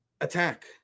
attack